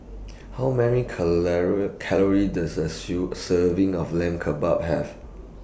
How Many Calories Does A sew Serving of Lamb Kebabs Have